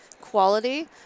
quality